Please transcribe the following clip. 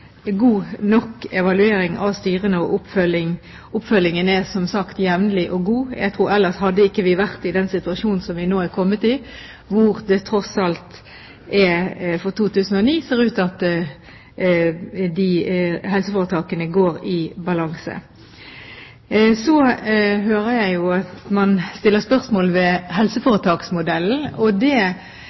god nok evaluering av styrene og oppfølging. Oppfølgingen er, som sagt, jevnlig og god. Jeg tror vi ellers ikke hadde vært i den situasjonen vi nå er kommet i, hvor det tross alt for 2009 ser ut til at helseforetakene går i balanse. Jeg hører at man stiller spørsmål ved helseforetaksmodellen, og det